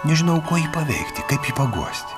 nežinojau kuo jį paveikti kaip jį paguosti